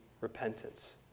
repentance